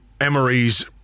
Emery's